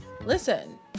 listen